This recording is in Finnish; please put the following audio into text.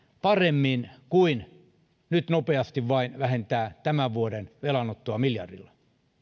paremmin kuin nyt nopeasti vain vähentää tämän vuoden velanottoa miljardilla